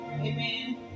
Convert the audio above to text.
Amen